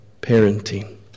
parenting